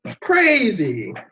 Crazy